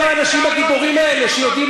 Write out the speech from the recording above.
איפה כל האנשים הגיבורים האלה שיודעים